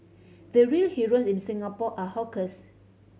the real heroes in Singapore are hawkers